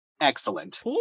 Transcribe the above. excellent